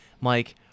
Mike